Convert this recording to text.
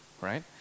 right